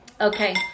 Okay